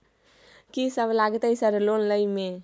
कि सब लगतै सर लोन लय में?